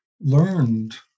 learned